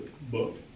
book